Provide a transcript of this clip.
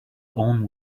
own